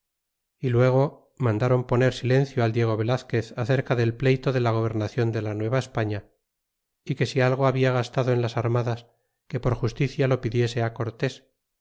y luego mandaron poner silencio al diego velazquez acerca del pleyto de la gobernacion de la nuebal de tapia que delante estaba fué contento nos va españa y que si algo habla gastado en las armadas que por justicia lo pidiese cortés